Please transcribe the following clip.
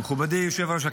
מכובדי היושב-ראש,